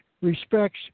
respects